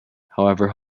however